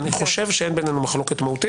אני חושב שאין בינינו מחלוקת מהותית.